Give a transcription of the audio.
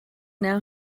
now